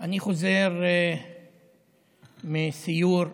אני חוזר מסיור בנגב,